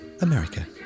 America